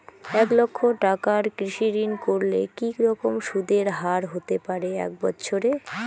এক লক্ষ টাকার কৃষি ঋণ করলে কি রকম সুদের হারহতে পারে এক বৎসরে?